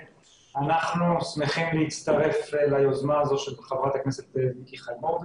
אנחנו שמחים להצטרף ליוזמה הזו של חברת הכנסת מיקי חיימוביץ'.